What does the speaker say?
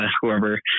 whoever